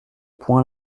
point